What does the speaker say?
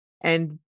And-